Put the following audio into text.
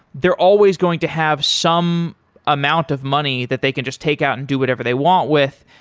they're always going to have some amount of money that they can just take out and do whatever they want with.